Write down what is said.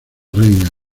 reina